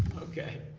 okay.